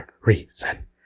reason